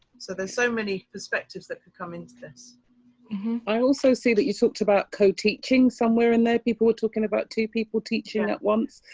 so there's so many perspectives that could come into this. i also see that you talked about co teaching somewhere in there. people were talking about two people teaching at once.